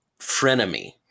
frenemy